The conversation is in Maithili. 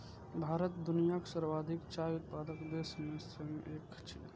भारत दुनियाक सर्वाधिक चाय उत्पादक देश मे सं एक छियै